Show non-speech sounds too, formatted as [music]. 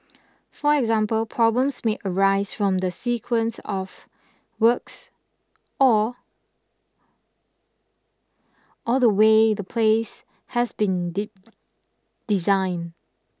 for example problems may arise from the sequence of works or or the way the place has been [unintelligible] designed